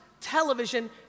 television